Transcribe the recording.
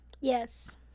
Yes